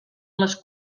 les